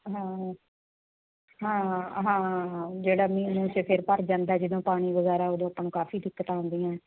ਹਾਂ ਹਾਂ ਹਾਂ ਜਿਹੜਾ ਮੀਂਹ ਨਾਲ ਤਾਂ ਫਿਰ ਭਰ ਜਾਂਦਾ ਜਦੋਂ ਪਾਣੀ ਵਗੈਰਾ ਉਦੋਂ ਆਪਾਂ ਨੂੰ ਕਾਫੀ ਦਿੱਕਤ ਆਉਂਦੀ ਆ